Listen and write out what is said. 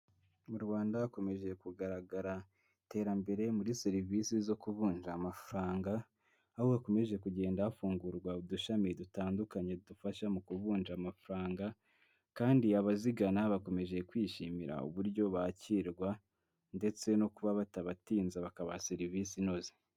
Mu Rwanda hakomeje kugaragara iterambere muri serivisi zo ku kuvunja amafaranga, aho hakomeje kugenda hafungurwa udushami dutandukanye dufasha mu kuvunja amafaranga kandi abazigana bakomeje kwishimira uburyo bakirwa ndetse no kuba batabatinza bakabaha serivisi inoze.